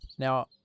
Now